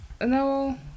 No